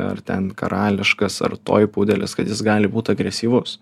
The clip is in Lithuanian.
ar ten karališkas ar toy pudelis kad jis gali būt agresyvus